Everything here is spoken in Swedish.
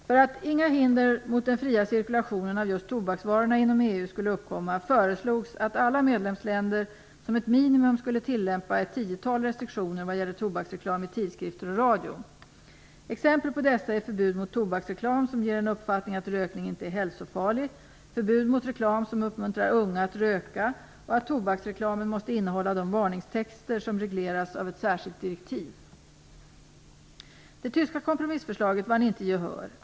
För att inga hinder mot den fria cirkulationen av just tobaksvaror inom EU skulle uppkomma föreslogs att alla medlemsländer som ett minimum skulle tilllämpa ett tiotal restriktioner vad gäller tobaksreklam i tidskrifter och radio. Exempel på dessa är förbud mot tobaksreklam som ger en uppfattning att rökning inte är hälsofarlig, förbud mot reklam som uppmuntrar unga att röka och att tobaksreklamen måste innehålla de varningstexter som regleras av ett särskilt direktiv. Det tyska kompromissförslaget vann inte gehör.